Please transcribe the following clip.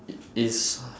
it is